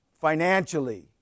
financially